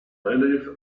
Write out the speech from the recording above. relief